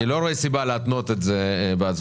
אני לא רואה סיבה להתנות את זה בהצבעה.